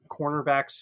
cornerbacks